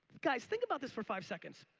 guys, think about this for five seconds,